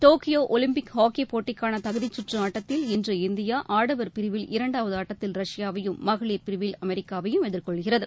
Tokyo Olympic hockey போட்டிக்கான தகுதிச்சுற்று ஆட்டத்தில் இன்று இந்தியா ஆடவர் பிரிவில் இரண்டாவது ஆட்டத்தில் ரஷ்யாவையும் மகளிர் பிரிவில் அமெரிக்காவையும் எதிர்கொள்கிறது